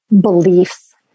beliefs